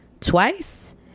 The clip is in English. twice